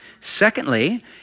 Secondly